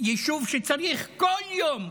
יישוב שצריך כל יום,